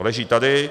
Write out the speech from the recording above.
Leží tady.